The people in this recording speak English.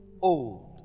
old